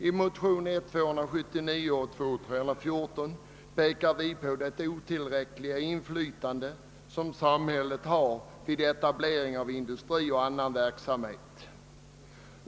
I motionen pekar vi på det otillräckliga inflytande som samhället har vid :etablering av industri och annan verksamhet.